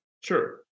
Sure